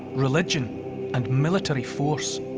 religion and military force.